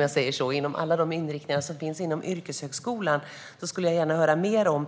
Jag skulle gärna vilja höra mer om